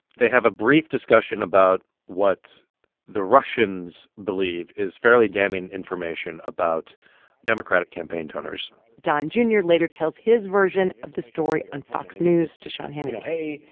they have a brief discussion about what the russians believe is fairly damning information about democratic campaign donors don jr. later tells his version of the story on fox news to sean hannity hey,